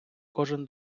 кожен